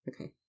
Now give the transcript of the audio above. Okay